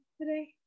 today